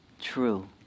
true